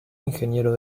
ingeniero